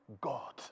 God